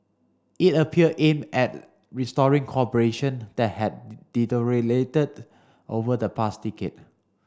it appeared aimed at restoring cooperation that had deteriorated over the past decade